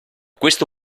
questo